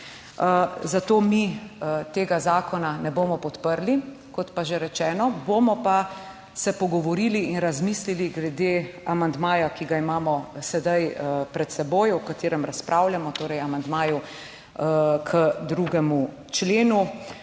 zato mi tega zakona ne bomo podprli. Kot pa že rečeno, bomo pa se pogovorili in razmislili glede amandmaja, ki ga imamo sedaj pred seboj, o katerem razpravljamo, torej o amandmaju k 2. členu,